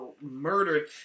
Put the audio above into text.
murdered